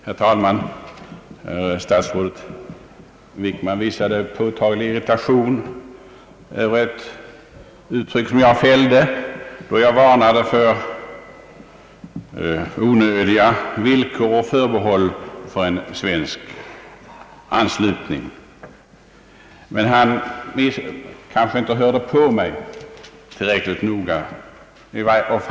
Herr talman! Statsrådet Wickman visade påtaglig irritation över ett uttryck som jag fällde, då jag varnade för onödiga villkor och förbehåll för en svensk anslutning till EEC. Han kanske inte lyssnade tillräckligt noga.